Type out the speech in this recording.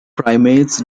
primates